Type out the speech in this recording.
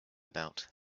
about